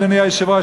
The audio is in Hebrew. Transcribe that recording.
אדוני היושב-ראש,